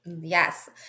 Yes